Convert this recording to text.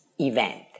event